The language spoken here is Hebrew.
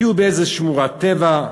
תהיה איזה שמורת טבע,